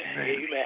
Amen